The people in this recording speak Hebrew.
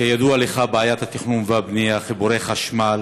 כידוע לך, בעיית התכנון והבנייה, חיבורי חשמל,